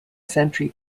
sentry